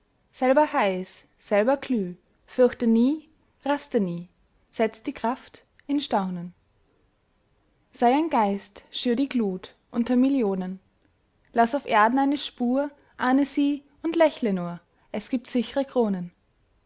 selber heiß selber glüh fürchte nie raste nie setz die kraft in staunen sei ein geist schür die glut unter millionen laß auf erden eine spur ahne sie und lächle nur es giebt sichre kronen